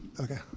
okay